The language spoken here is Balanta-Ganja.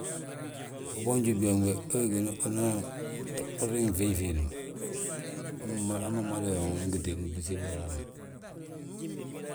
Uboonji byooŋ be, wee gí yaa unan, riŋi fiiñi fiindi ma, hamma umada yaa unan giti gisib ma raanan.